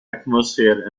atmosphere